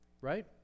Right